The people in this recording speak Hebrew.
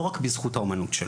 לא רק בזכות האמנות שלו,